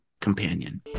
Companion